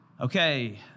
Okay